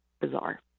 bizarre